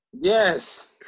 Yes